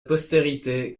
postérité